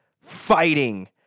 fighting